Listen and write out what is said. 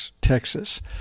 Texas